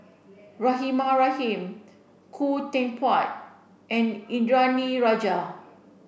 Rahimah Rahim Khoo Teck Puat and Indranee Rajah